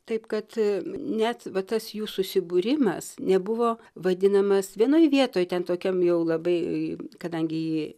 taip kad net va tas jų susibūrimas nebuvo vadinamas vienoj vietoj ten tokiam jau labai kadangi